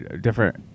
different